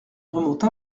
remonte